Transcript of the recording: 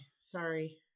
Sorry